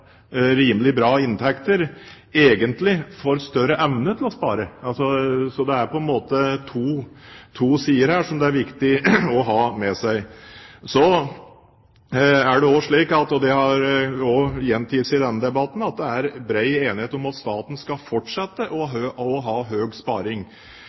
rimelig bra inntekt, egentlig får større evne til å spare. Så det er på en måte to sider her som det er viktig å ha med seg. Det er også slik, og det har blitt gjentatt i denne debatten, at det er bred enighet om at staten skal fortsette å